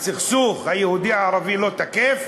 הסכסוך היהודי ערבי לא תקף?